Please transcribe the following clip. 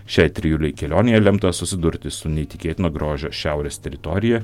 šiai trijulei kelionėje lemta susidurti su neįtikėtino grožio šiaurės teritorija